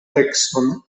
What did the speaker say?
tekston